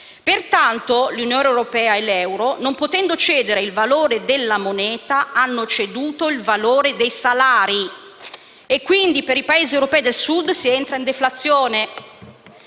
Pertanto l'Unione europea e l'eurozona, non potendo cedere il valore della moneta, hanno ceduto il valore dei salari e, quindi, i Paesi europei del Sud sono entrati in deflazione.